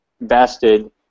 vested